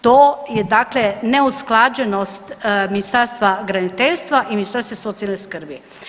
To je dakle neusklađenost Ministarstva graditeljstva i Ministarstva socijalne skrbi.